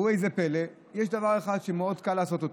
ראו זה פלא, יש דבר אחד שקל מאוד לעשות אותו: